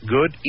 Good